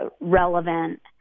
relevant